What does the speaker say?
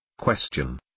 Question